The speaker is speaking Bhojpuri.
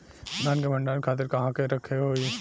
धान के भंडारन खातिर कहाँरखे के होई?